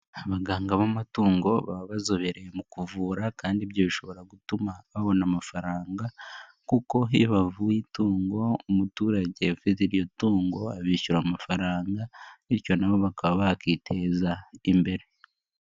Abaganga b'amatungo baba bazobereye mu kuvura kandi byo bishobora gutuma babona amafaranga, kuko bavuye itungo umuturage ufite iryo tungo abishyura amafaranga bityo nabo bakaba bakiteza imbere.